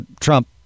trump